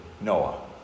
Noah